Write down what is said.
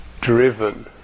driven